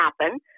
happen